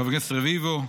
חבר הכנסת רביבו,